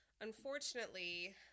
Unfortunately